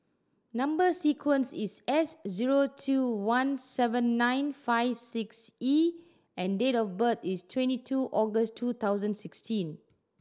number sequence is S zero two one seven nine five six E and date of birth is twenty two August two thousand sixteen